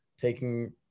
taking